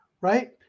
Right